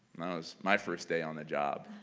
was my first day on the job.